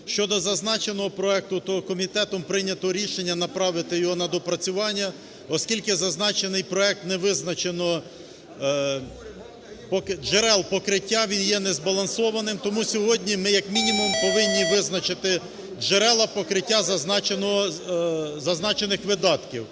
Щодо зазначеного проекту, то комітетом прийнято рішення направити його на доопрацювання, оскільки зазначений проект… не визначено джерел покриття, він є незбалансованим. Тому сьогодні ми як мінімум повинні визначити джерела покриття зазначених видатків,